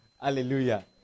Hallelujah